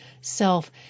self